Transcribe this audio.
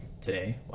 today